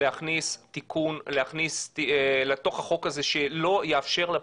להכניס תיקון לתוך החוק הזה שלא יאפשר לפקיד,